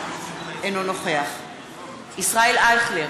אינו נוכח ישראל אייכלר,